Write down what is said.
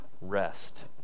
rest